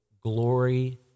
glory